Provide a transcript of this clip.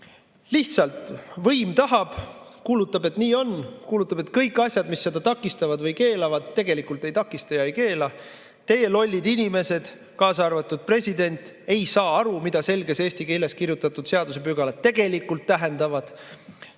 Lihtsalt võim tahab, kuulutab, et nii on, kuulutab, et kõik asjad, mis seda takistavad või keelavad, tegelikult ei takista ega keela. Teie, lollid inimesed, kaasa arvatud president, ei saa aru, mida selges eesti keeles kirjutatud seadusepügalad tegelikult tähendavad.